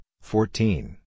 fourteen